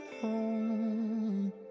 home